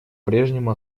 прежнему